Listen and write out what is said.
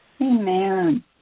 Amen